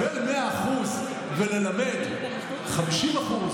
100% וללמד 50%,